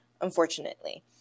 unfortunately